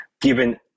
Given